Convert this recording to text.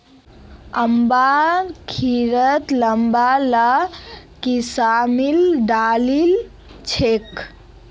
अम्मा खिरत लंबा ला किशमिश डालिल छेक